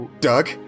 Doug